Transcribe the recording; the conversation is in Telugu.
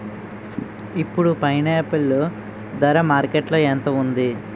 ఇప్పుడు పైనాపిల్ ధర మార్కెట్లో ఎంత ఉంది?